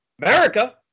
America